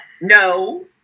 No